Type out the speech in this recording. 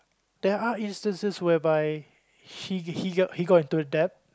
there are instances whereby he he got he got into a debt